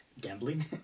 gambling